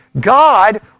God